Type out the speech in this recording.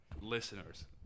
Listeners